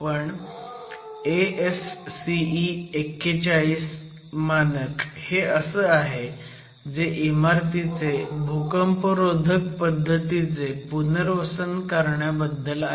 पण ASCE 41 मानक हे असं आहे जे इमारतीचे भूकंपरोधक पद्धतीचे पुनर्वसन करण्याबद्दल आहे